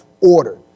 order